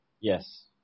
Yes